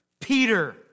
Peter